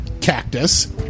Cactus